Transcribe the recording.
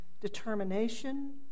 determination